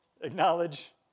acknowledge